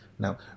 Now